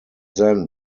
then